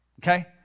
Okay